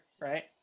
right